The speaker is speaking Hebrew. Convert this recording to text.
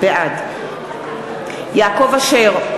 בעד יעקב אשר,